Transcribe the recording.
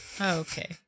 Okay